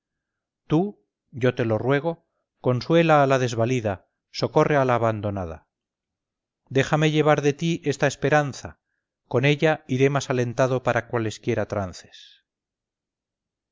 tú yo te lo ruego consuela a la desvalida socorre a la abandonada déjame llevar de ti esta esperanza con ella iré más alentado para cualesquiera trances